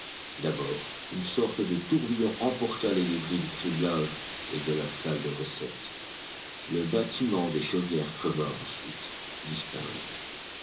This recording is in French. d'abord une sorte de tourbillon emporta les débris du criblage et de la salle de recette le bâtiment des chaudières creva ensuite disparut